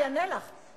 הכוונה לעקוף את הכנסת,